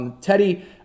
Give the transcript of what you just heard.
Teddy